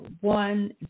one